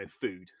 food